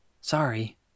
Sorry